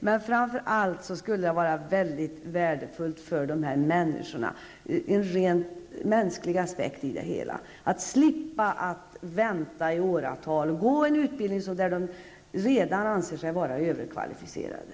Men framför allt skulle det vara väldigt värdefullt för dessa människor -- en rent mänsklig aspekt i det hela -- att slippa att vänta i åratal, att slippa att gå en utbildning där de redan anser sig vara överkvalificerade.